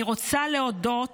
אני רוצה להודות